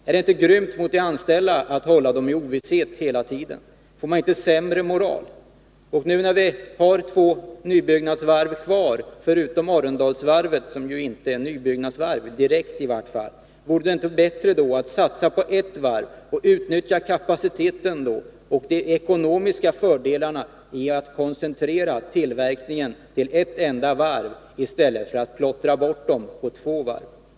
Är det inte grymt mot de anställda att hålla dem i ovisshet hela tiden? Får man inte sämre moral? Och nu, när vi har två nybyggnadsvarv kvar, förutom Arendalsvarvet, som jui vart fall inte direkt är ett nybyggnadsvarv, vore det då inte bättre att satsa på ett varv och utnyttja kapaciteten och de ekonomiska fördelar som ligger i att koncentrera tillverkningen till ett enda varv i stället för att plottra bort resurserna på två varv?